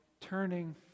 turning